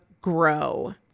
grow